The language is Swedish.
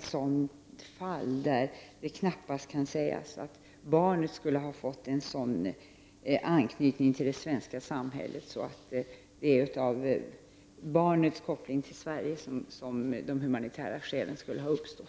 sådana fall där det knappast kan sägas att barnet har fått en sådan anknytning till det svenska samhället att humanitära skäl har uppstått på grund av barnets koppling till Sverige.